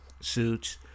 Suits